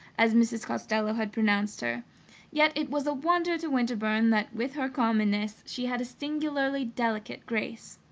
as mrs. costello had pronounced her yet it was a wonder to winterbourne that, with her commonness, she had a singularly delicate grace.